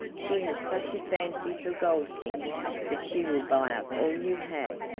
she has such a fancy for gold things that she will buy up all you have.